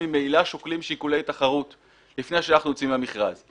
ממילא שוקלים שיקולי תחרות לפני שאנחנו יוצאים למכרז.